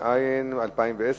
התש"ע 2010,